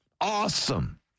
Awesome